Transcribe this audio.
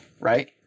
right